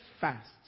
Fast